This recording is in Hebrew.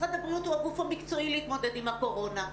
משרד הבריאות הוא הגוף המקצועי להתמודד עם הקורונה.